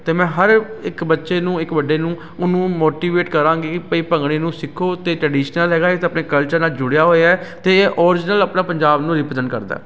ਅਤੇ ਮੈਂ ਹਰ ਇੱਕ ਬੱਚੇ ਨੂੰ ਇੱਕ ਵੱਡੇ ਨੂੰ ਉਹਨੂੰ ਮੋਟੀਵੇਟ ਕਰਾਂਗੀ ਪਈ ਭੰਗੜੇ ਨੂੰ ਸਿੱਖੋ ਅਤੇ ਟਰਡੀਸ਼ਨਲ ਹੈਗਾ ਇਹ ਤਾਂ ਆਪਣੇ ਕਲਚਰ ਨਾਲ ਜੁੜਿਆ ਹੋਇਆ ਅਤੇ ਓਰਿਜਨਲ ਆਪਣਾ ਪੰਜਾਬ ਨੂੰ ਰਿਪ੍ਰੈਜੈਂਟ ਕਰਦਾ